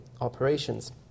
operations